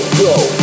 go